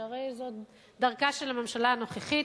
שהרי זאת דרכה של הממשלה הנוכחית,